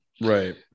right